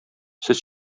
сез